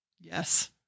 Yes